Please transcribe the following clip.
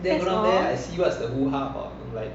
that's all